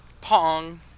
Pong